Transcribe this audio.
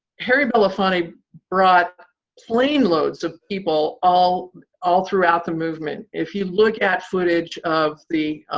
harry belafonte brought planeloads of people all all throughout the movement. if you look at footage of the